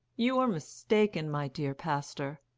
you are mistaken, my dear pastor.